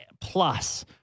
plus